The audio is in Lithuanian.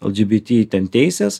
lgbt ten teisės